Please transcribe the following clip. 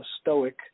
Stoic